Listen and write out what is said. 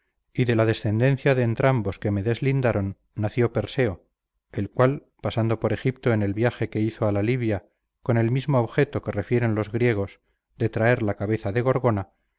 y de la descendencia de entrambos que me deslindaron nació perséo el cual pasando por egipto en el viaje que hizo a la libia con el mismo objeto que refieren los griegos de traer la cabeza de gorgona